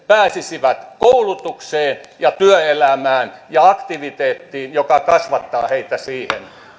pääsisivät koulutukseen ja työelämään ja aktiviteettiin joka kasvattaa heitä siihen